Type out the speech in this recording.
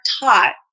taught